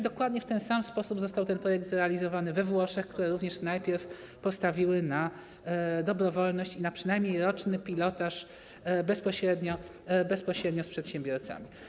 Dokładnie w ten sam sposób ten projekt został zrealizowany we Włoszech, które również najpierw postawiły na dobrowolność i na przynajmniej roczny pilotaż bezpośrednio z przedsiębiorcami.